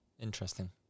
interesting